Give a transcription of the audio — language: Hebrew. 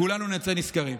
כולנו נצא נשכרים.